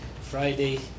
Friday